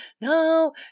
no